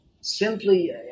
Simply